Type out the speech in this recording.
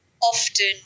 often